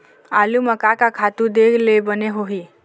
आलू म का का खातू दे ले बने होही?